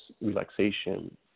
relaxation